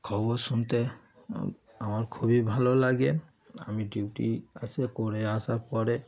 খবর শুনতে আমার খুবই ভালো লাগে আমি ডিউটি আর সে করে আসার পরে